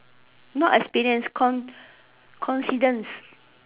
not experience con~ coincidence